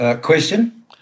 Question